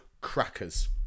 crackers